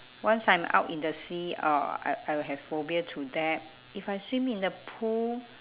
once I'm out in the sea I'll I I will have phobia to that if I swim in the pool